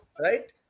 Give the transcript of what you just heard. right